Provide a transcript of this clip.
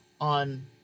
on